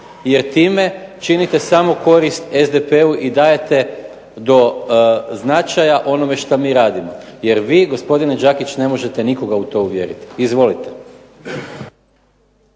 jer time činite samo korist SDP-u i dajete do značaja onome što mi radimo, jer vi gospodine Đakić ne možete nikoga u to uvjeriti. Izvolite.